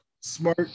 Smart